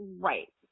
right